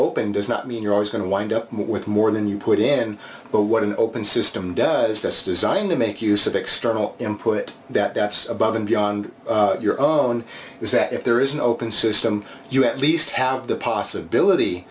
open does not mean you're always going to wind up with more than you put in but what an open system does this design to make use of external input that that's above and beyond your own is that if there is an open system you at least have the possibility